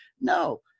No